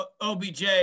OBJ